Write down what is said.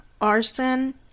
arson